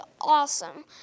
awesome